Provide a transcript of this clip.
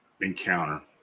encounter